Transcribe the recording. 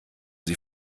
sie